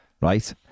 right